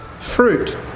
fruit